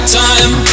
time